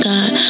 God